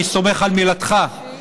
אני סומך על מילתך,